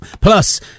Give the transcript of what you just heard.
plus